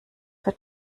für